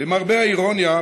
למרבה האירוניה,